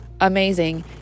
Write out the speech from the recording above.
amazing